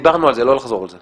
דיברנו על זה, לא נחזור על זה.